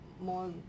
more